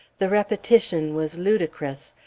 the repetition was ludicrous.